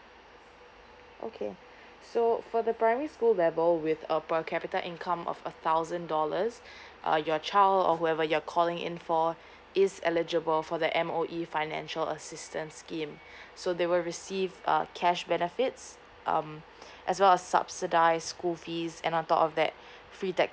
okay so for the primary school level with a per capita income of a thousand dollars uh your child or whoever you're calling in for is eligible for the M_O_E financial assistance scheme so they will received uh cash benefits um as well as subsidized school fees and on top of that free text